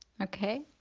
Okay